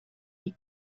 die